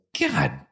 God